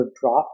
drop